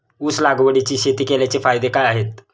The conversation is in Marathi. ऊस लागवडीची शेती केल्याचे फायदे काय आहेत?